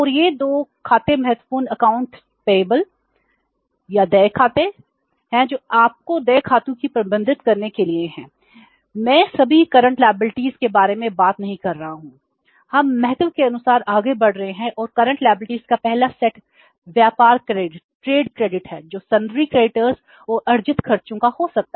हम महत्व के अनुसार आगे बढ़ रहे हैं और करंट लायबिलिटीज और अर्जित खर्चों का हो सकता है